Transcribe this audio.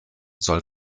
soll